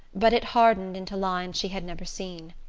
but it hardened into lines she had never seen.